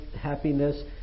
happiness